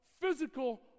physical